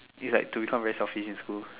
it's like to become very selfish in school